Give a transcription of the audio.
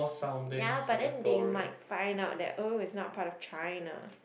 ya but then they might find out that oh is not part of China